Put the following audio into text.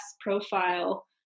profile